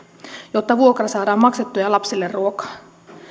jotta vuokra saadaan maksettua ja lapsille ruokaa